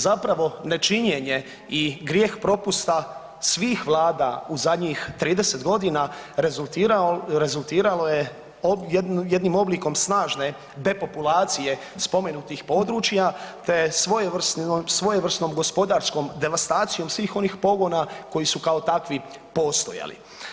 Zapravo nečinjenje i grijeh propusta svih vlada u zadnjih trideset godina rezultiralo je jednim oblikom snažne depopulacije spomenutih područja, te svojevrsnom gospodarskom devastacijom svih onih pogona koji su kao takvi postojali.